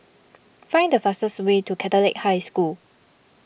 find the fastest way to Catholic High School